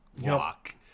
walk